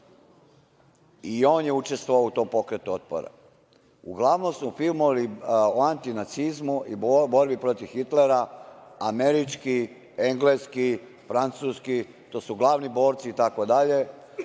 i on je učestvovao u tom Pokretu otpora. Uglavnom su filmovi o anti-nacizmu i borbi protiv Hitlera američki, engleski, francuski, to su glavni borci itd.